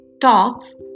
talks